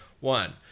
One